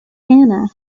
anna